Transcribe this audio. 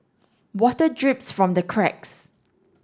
water drips from the cracks